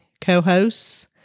co-hosts